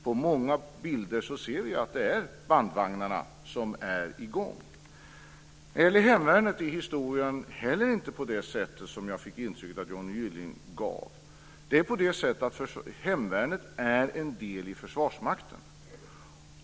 På många bilder ser vi att det är bandvagnarna som är i gång. När det gäller hemvärnet är historien inte heller sådan som jag fick intrycket att Johnny Gylling beskrev den. Hemvärnet är en del av Försvarsmakten.